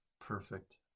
perfect